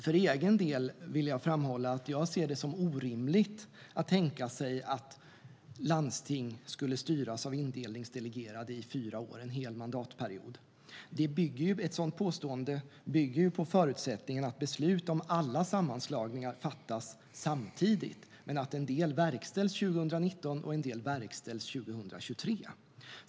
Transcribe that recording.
För egen del vill jag framhålla att jag ser det som orimligt att landsting skulle styras av indelningsdelegerade i fyra år, alltså en hel mandatperiod. Ett sådant påstående bygger ju på förutsättningen att beslut om alla sammanslagningar fattas samtidigt men att en del verkställs 2019 och en del 2023.